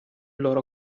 loro